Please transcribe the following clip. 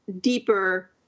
deeper